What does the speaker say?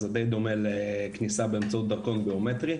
זה די דומה לכניסה באמצעות דרכון ביומטרי.